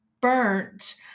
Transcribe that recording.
burnt